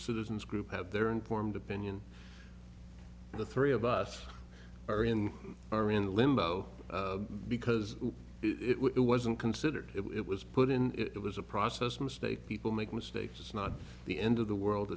citizens group have their informed opinion the three of us are in our in limbo because it wasn't considered it was put in it was a process mistake people make mistakes it's not the end of the world